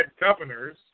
governors